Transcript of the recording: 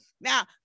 now